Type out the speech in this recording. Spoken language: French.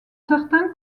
certains